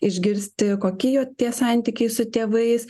išgirsti kokie jo tie santykiai su tėvais